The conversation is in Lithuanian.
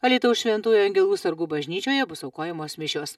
alytaus šventųjų angelų sargų bažnyčioje bus aukojamos mišios